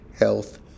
Health